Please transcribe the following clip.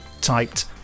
typed